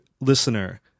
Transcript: listener